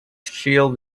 shield